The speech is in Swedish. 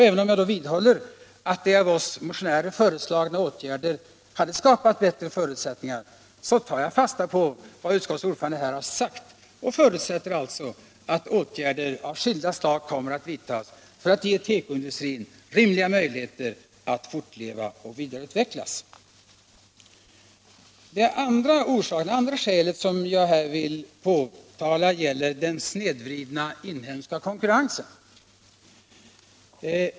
Även om jag alltså vidhåller att de av oss motionärer föreslagna åtgärderna hade skapat bättre förutsättningar, tar jag fasta på vad utskottets ordförande här sagt och förutsätter att åtgärder av skilda slag kommer att vidtas för att ge tekoindustrin rimliga möjligheter att fortleva och vidareutvecklas. Det andra skälet jag vill påtala gäller den snedvridna inhemska konkurrensen.